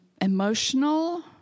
emotional